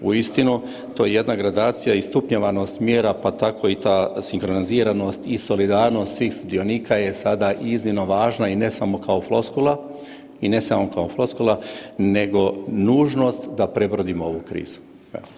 Uistinu to je jedna gradacija i stupnjevanost mjera pa tako i ta sinkroniziranost i solidarnost svih sudionika je sada iznimno važna i ne samo kao floskula, i ne samo kao floskula, nego nužnost da prebrodimo ovu krizu.